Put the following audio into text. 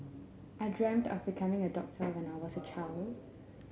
I dreamt of becoming a doctor when I was a child